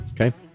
Okay